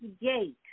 Gate